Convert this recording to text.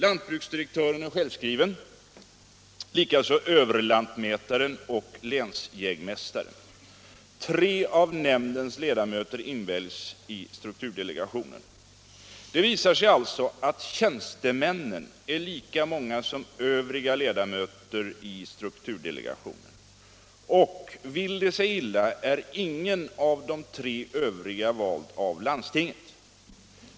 Lantbruksdirektören är självskriven, likaså överlantmätaren och länsjägmästaren. Tre av nämndens ledamöter inväljs i strukturdelegationen. Det visar sig alltså att tjänstemännen är lika många som de övriga ledamöterna i strukturdelegationen. Vill det sig illa är ingen av de tre övriga vald av landstinget!